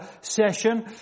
session